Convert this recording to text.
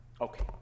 Okay